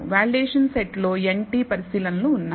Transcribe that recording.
validation set లో n t పరిశీలనలు ఉన్నాయి